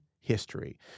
history